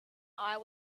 eye